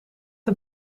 een